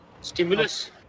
stimulus